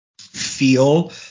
feel